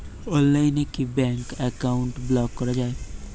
অনলাইনে কি bank account block করা য়ায়?